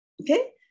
Okay